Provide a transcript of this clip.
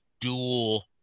dual